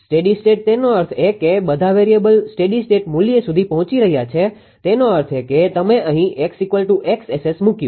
steady state તેનો અર્થ એ કે બધા વેરીએબલvariablesચલ સ્ટેડી સ્ટેટ મૂલ્ય સુધી પહોંચી રહ્યા છે તેનો અર્થ એ કે તમે અહીં X𝑋𝑆𝑆 મુક્યું